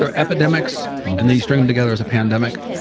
ah epidemics and they string them together as a pandemic.